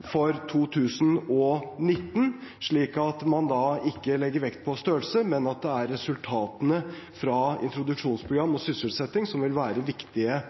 for 2019, slik at man da ikke legger vekt på størrelse, men at det er resultatene fra introduksjonsprogram og sysselsetting som vil være viktige